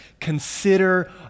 consider